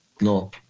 no